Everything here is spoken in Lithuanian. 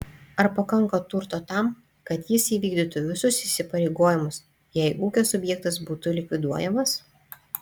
ar pakanka turto tam kad jis įvykdytų visus įsipareigojimus jei ūkio subjektas būtų likviduojamas